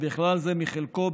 ובכלל זה מחלקו,